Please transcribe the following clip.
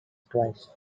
twice